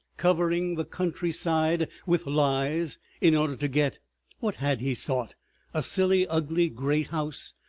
covering the country-side with lies in order to get what had he sought a silly, ugly, great house,